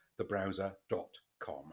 thebrowser.com